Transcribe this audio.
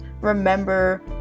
remember